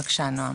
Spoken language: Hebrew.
בבקשה, נועם.